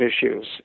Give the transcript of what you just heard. issues